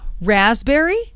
Raspberry